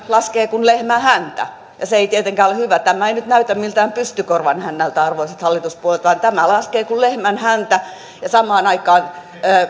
laskee kuin lehmän häntä ja se ei tietenkään ole hyvä tämä ei nyt näytä miltään pystykorvan hännältä arvoisat hallituspuolueet vaan tämä laskee kuin lehmän häntä ja samaan aikaan